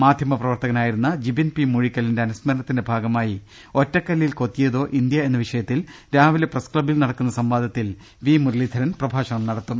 മാധ്യമ പ്രവർത്തകനായിരുന്ന ജിബിൻ പി മൂഴിക്കലിന്റെ അനുസ്മരണത്തിന്റെ ഭാഗ മായി ഒറ്റക്കല്ലിൽ കൊത്തിയതോ ഇന്ത്യ എന്ന വിഷയത്തിൽ രാവിലെ പ്രസ്ക്ലബിൽ നടക്കുന്ന സംവാദത്തിൽ വി മുരളീധരൻ പ്രഭാഷണം നടത്തും